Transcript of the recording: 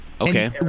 Okay